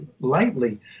lightly